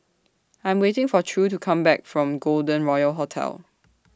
I Am waiting For True to Come Back from Golden Royal Hotel